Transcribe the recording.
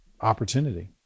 opportunity